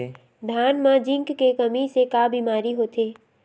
धान म जिंक के कमी से का बीमारी होथे?